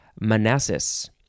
Manassas